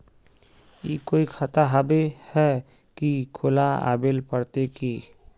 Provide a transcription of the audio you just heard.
ई कोई खाता होबे है की खुला आबेल पड़ते की?